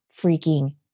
freaking